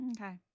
Okay